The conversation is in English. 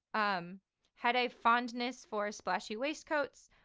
um had a fondness for a splashy waistcoats,